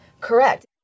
Correct